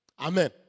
Amen